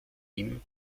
ihm